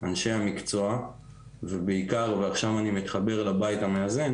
אנשי המקצוע ובעיקר ועכשיו אני מתחבר לבית המאזן